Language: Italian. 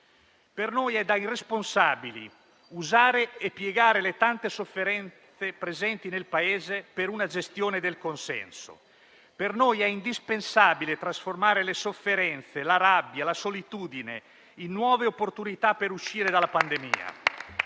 Per noi è da irresponsabili usare e piegare le tante sofferenze presenti nel Paese per una gestione del consenso. Per noi è indispensabile trasformare le sofferenze, la rabbia, la solitudine in nuove opportunità per uscire dalla pandemia.